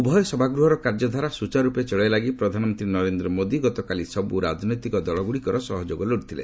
ଉଭୟ ସଭାଗୃହର କାର୍ଯ୍ୟଧାରା ସ୍ରଚାରୁରୂପେ ଚଳାଇବା ଲାଗି ପ୍ରଧାନମନ୍ତ୍ରୀ ନରେନ୍ଦ୍ର ମୋଦି ଗତକାଲି ସବୁ ରାକନୈତିକ ଦଳଗୁଡ଼ିକର ସହଯୋଗ ଲୋଡ଼ିଥିଲେ